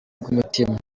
bw’umutima